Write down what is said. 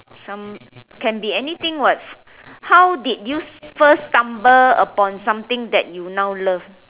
some can be anything [what] how did you first stumble upon something that you now love